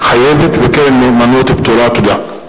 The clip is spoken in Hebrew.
חלוקת הצעת חוק המדיניות הכלכלית לשנים 2011 ו-2012 (תיקוני חקיקה),